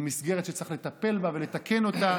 היא מסגרת שצריך לטפל בה ולתקן אותה,